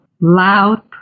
loud